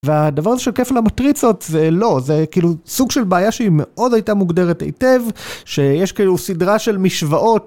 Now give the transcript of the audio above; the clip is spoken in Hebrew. והדבר הזה של כיף על המטריצות זה לא, זה כאילו סוג של בעיה שהיא מאוד הייתה מוגדרת היטב שיש כאילו סדרה של משוואות.